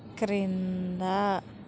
క్రింద